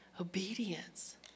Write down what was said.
obedience